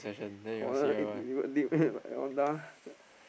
corner eight Honda